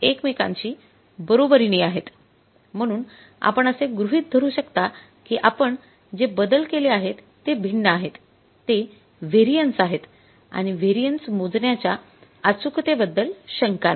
म्हणून आपण असे गृहित धरू शकता की आपण जे बदल केले आहेत ते भिन्न आहेत ते व्हेरिएन्स आहेत आणि व्हेरिएन्स मोजण्याच्या अचूकते बद्दल शंका नाही